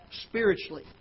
spiritually